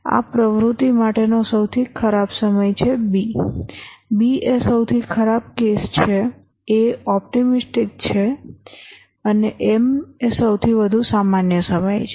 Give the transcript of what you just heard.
આ પ્રવૃત્તિ માટેનો સૌથી ખરાબ સમય છે બી b એ સૌથી ખરાબ કેસ છે a ઓપ્ટિમિસ્ટિક છે અને m એ સૌથી વધુ સામાન્ય સમય છે